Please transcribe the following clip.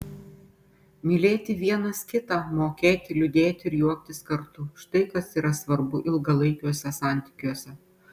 mylėti vienas kitą mokėti liūdėti ir juoktis kartu štai kas yra svarbu ilgalaikiuose santykiuose